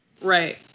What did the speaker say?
Right